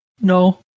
No